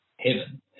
heaven